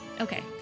Okay